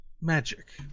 magic